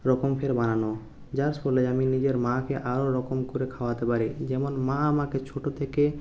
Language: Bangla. রকমফের বানানো যার ফলে আমি নিজের মাকে আরও রকম করে খাওয়াতে পারি যেমন মা আমাকে ছোট থেকে